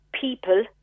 people